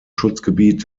schutzgebiet